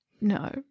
No